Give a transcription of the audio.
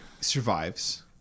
survives